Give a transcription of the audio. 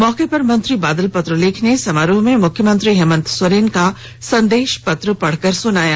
मौके पर मंत्री बादल पत्रलेख ने समारोह में मुख्यमंत्री हेमंत सोरेन का संदेश पत्र पढ़कर सुनाया